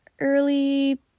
early